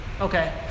okay